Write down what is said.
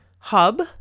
hub